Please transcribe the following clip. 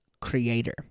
creator